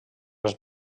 les